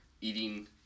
eating